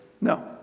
no